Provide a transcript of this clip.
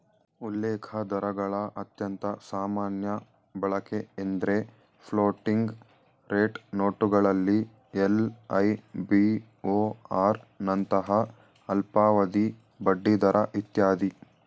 ಉಲ್ಲೇಖದರಗಳ ಅತ್ಯಂತ ಸಾಮಾನ್ಯ ಬಳಕೆಎಂದ್ರೆ ಫ್ಲೋಟಿಂಗ್ ರೇಟ್ ನೋಟುಗಳಲ್ಲಿ ಎಲ್.ಐ.ಬಿ.ಓ.ಆರ್ ನಂತಹ ಅಲ್ಪಾವಧಿ ಬಡ್ಡಿದರ ಇತ್ಯಾದಿ